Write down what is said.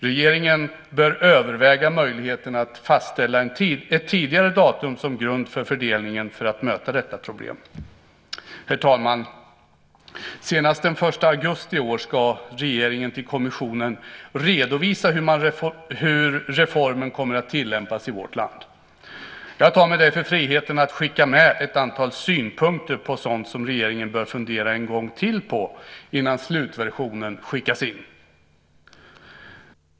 Regeringen bör överväga möjligheten att fastställa ett tidigare datum som grund för fördelningen för att möta detta problem. Herr talman! Senast den 1 augusti i år ska regeringen redovisa till kommissionen hur reformen kommer att tillämpas i vårt land. Jag tar mig därför friheten att skicka med ett antal synpunkter på sådant som regeringen bör fundera en gång till på innan slutversionen skickas in.